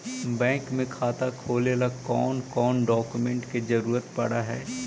Bank में खाता खोले ल कौन कौन डाउकमेंट के जरूरत पड़ है?